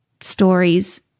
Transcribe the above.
stories